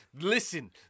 Listen